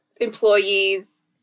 employees